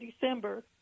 December